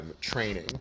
training